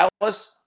Dallas